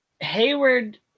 Hayward